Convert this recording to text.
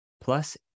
plus